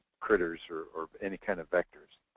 critters or or any kind of vectors.